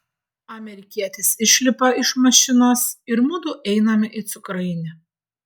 amerikietis išlipa iš mašinos ir mudu einame į cukrainę